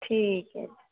ਠੀਕ ਹੈ